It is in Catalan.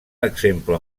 exemple